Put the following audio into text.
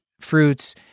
fruits